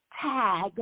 tag